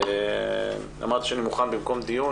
אמרתי שבמקום דיון,